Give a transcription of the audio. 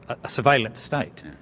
a surveillant state.